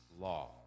law